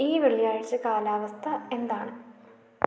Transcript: ഈ വെള്ളിയാഴ്ച കാലാവസ്ഥ എന്താണ്